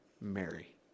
Mary